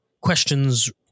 questions